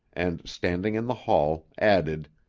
and, standing in the hall, added,